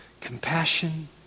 compassion